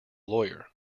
lawyer